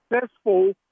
successful